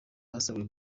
basabwe